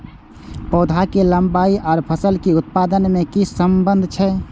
पौधा के लंबाई आर फसल के उत्पादन में कि सम्बन्ध छे?